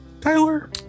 Tyler